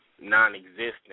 non-existent